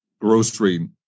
grocery